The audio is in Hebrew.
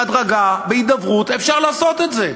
בהדרגה, בהידברות אפשר לעשות את זה.